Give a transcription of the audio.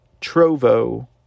trovo